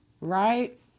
Right